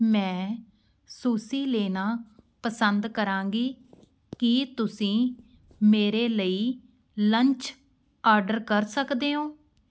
ਮੈਂ ਸੁਸੀ ਲੈਣਾ ਪਸੰਦ ਕਰਾਂਗੀ ਕੀ ਤੁਸੀਂ ਮੇਰੇ ਲਈ ਲੰਚ ਆਡਰ ਕਰ ਸਕਦੇ ਓਂ